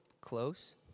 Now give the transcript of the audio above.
close